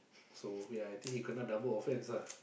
so ya I think he kena double offence lah